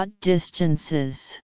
Distances